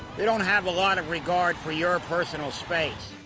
they don't have a lot of regard for your personal space.